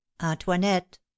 antoinette